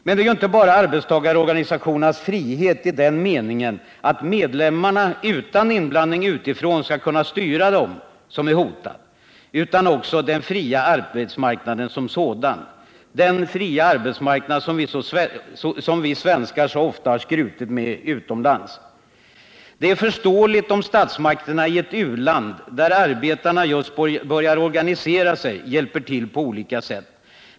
Men det är ju inte bara arbetstagarorganisationernas frihet, i den meningen att medlemmarna utan inblandning utifrån skall kunna styra dem, som är hotad utan också den fria arbetsmarknaden som sådan, den som vi svenskar så ofta skrutit med utomlands. Det är förståeligt om statsmakterna i ett uland, där arbetarna just börjar organisera sig, hjälper till på olika sätt.